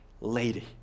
lady